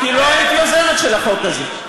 כי לא היית יוזמת של החוק הזה.